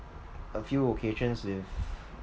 a few occasions with